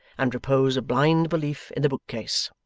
and repose a blind belief in the bookcase.